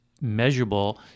measurable